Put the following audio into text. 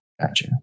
gotcha